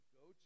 go